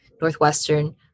Northwestern